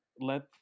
let